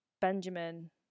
Benjamin